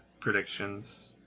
predictions